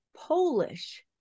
Polish